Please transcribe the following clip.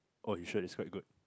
oh the show is quite good